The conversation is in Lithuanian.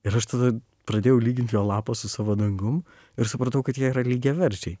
ir aš tada pradėjau lygint jo lapą su savo dangum ir supratau kad jie yra lygiaverčiai